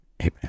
Amen